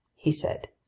he said.